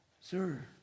Sir